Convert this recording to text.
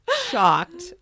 shocked